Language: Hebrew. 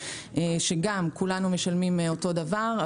שכולנו משלמים אותו דבר,